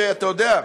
אתה יודע,